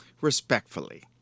respectfully